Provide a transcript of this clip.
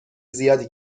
زیادی